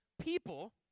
people